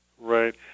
Right